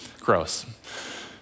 Gross